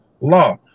law